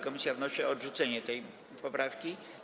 Komisja wnosi o odrzucenie tej poprawki.